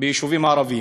ביישובים ערביים.